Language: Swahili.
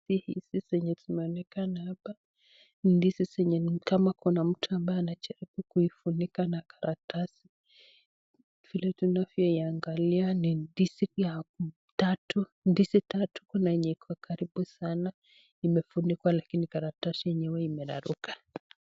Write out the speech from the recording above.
Ndizi hizi zenye zinaonekana hapa, ni ndizi zenye ni kama kuna mtu ambaye anajaribu kuifunika na karatasi. Vile tunavyoiangalia ni ndizi ya tatu, ndizi tatu. Kuna yenye iko karibu sanaa imefunikwa lakini karatasi yenyewe imeraruka.